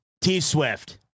T-Swift